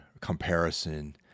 comparison